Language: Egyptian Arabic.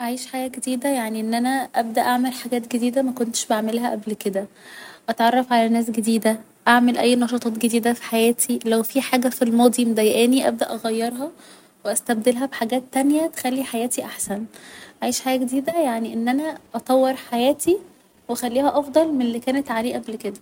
أعيش حياة جديدة يعني أن أنا ابدأ اعمل حاجات جديدة مكنتش بعملها قبل كده أتعرف على ناس جديدة اعمل اي نشاطات جديدة في حياتي لو في حاجة في الماضي مضايقاني ابدأ اغيرها و استبدلها بحاجات تانية تخلي حياتي احسن أعيش حياة جديدة يعني إن أنا أطور حياتي و اخليها افضل من اللي كانت عليه قبل كده